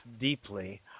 deeply